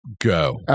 Go